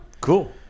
Cool